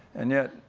and yet,